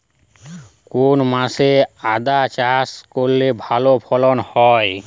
কোন মাসে আদা চাষ করলে ভালো ফলন হয়?